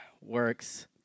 works